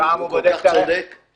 את